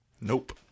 Nope